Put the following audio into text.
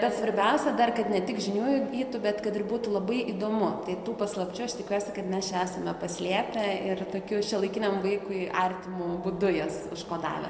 bet svarbiausia kad ne tik žinių įgytų bet kad ir būtų labai įdomu tai tų paslapčių aš tikiuosi kad mes čia esame paslėpę ir tokiu šiuolaikiniam vaikui artimu būdu jas užkodavę